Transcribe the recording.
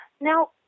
Now